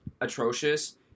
atrocious